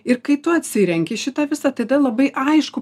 ir kai tu atsirenki šitą visą tada labai aišku